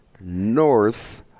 North